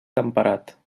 temperat